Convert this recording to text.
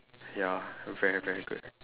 ya a very very good